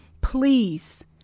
Please